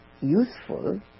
useful